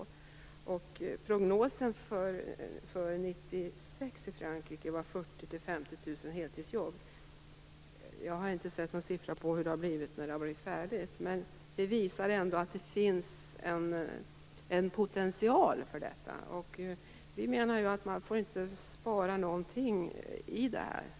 Prognosen för 1996 i Frankrike var 40 000-50 000 heltidsjobb. Jag har inte sett någon siffra på hur det blev, men detta visar ändå att det finns en potential för detta. Vi menar att man inte får spara någonting på detta.